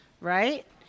right